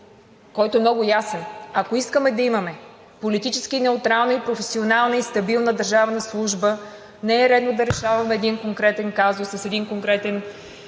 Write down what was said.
който е много ясен: ако искаме да имаме политически неутрална и професионална, и стабилна държавна служба, не е редно да решаваме един конкретен казус с един конкретен